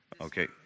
Okay